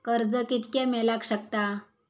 कर्ज कितक्या मेलाक शकता?